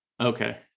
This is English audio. Okay